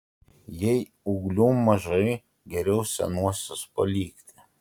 jei ūglių mažai geriau senuosius palikti